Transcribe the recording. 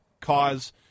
cause